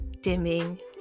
dimming